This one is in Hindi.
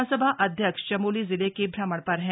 विधानसभा अध्यक्ष चमोली जिले के भ्रमण पर हैं